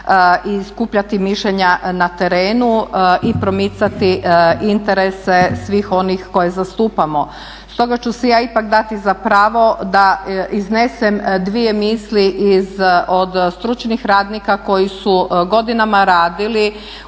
i skupljati mišljenja na terenu i promicati interese svih onih koje zastupamo. Stoga ću si ja ipak dati za pravo da iznesem dvije misli od stručnih radnika koji su godinama radili upravo